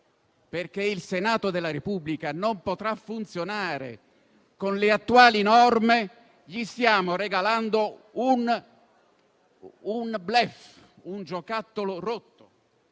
perché il Senato della Repubblica non potrà funzionare; con le attuali norme, stiamo regalando loro un *bluff*, un giocattolo rotto.